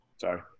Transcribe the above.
Sorry